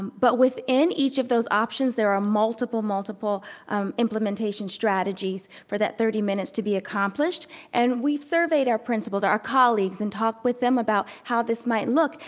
but within each of those options there are multiple, multiple implementation strategies for that thirty minutes to be accomplished and we surveyed our principles, our colleagues, and talked with them about how this might look.